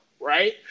Right